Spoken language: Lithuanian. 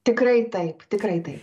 tikrai taip tikrai taip